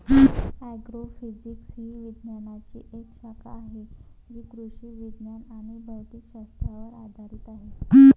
agrophysics ही विज्ञानाची एक शाखा आहे जी कृषी विज्ञान आणि भौतिक शास्त्रावर आधारित आहे